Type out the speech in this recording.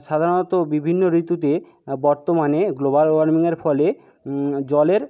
সাধারণত বিভিন্ন ঋতুতে বর্তমানে গ্লোবাল ওয়ার্মিংয়ের ফলে জলের